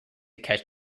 catch